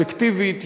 אפקטיבית,